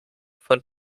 von